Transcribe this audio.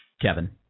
Kevin